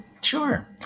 Sure